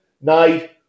night